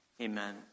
amen